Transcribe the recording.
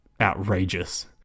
outrageous